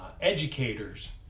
educators